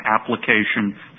application